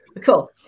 Cool